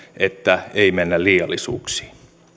että ei mennä liiallisuuksiin